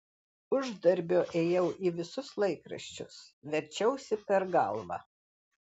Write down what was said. uždarbio ėjau į visus laikraščius verčiausi per galvą